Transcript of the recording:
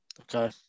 Okay